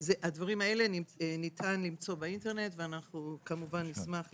את הדברים האלה ניתן למצוא באינטרנט ואנחנו כמובן נשמח לשתף.